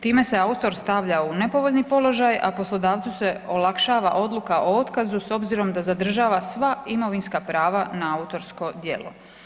Time se autor stavlja u nepovoljni položaj, a poslodavcu se olakšava odluka o otkazu s obzirom da zadržava sva imovinska prava na autorsko djelo.